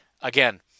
Again